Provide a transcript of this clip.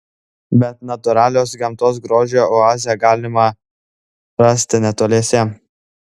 bet natūralios gamtos grožio oazę galima rasti netoliese